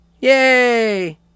Yay